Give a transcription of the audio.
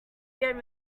gave